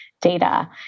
data